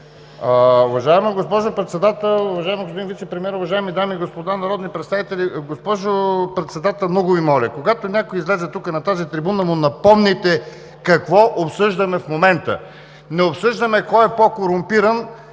Уважаема госпожо Председател, уважаеми господин Вицепремиер, уважаеми дами и господа народни представители! Госпожо Председател, много Ви моля, когато някой излезе тук, на тази трибуна, напомняйте му какво обсъждаме в момента. Не обсъждаме кой е по-корумпиран